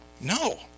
No